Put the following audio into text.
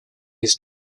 his